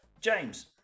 James